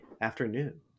afternoon